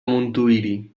montuïri